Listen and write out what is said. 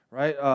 right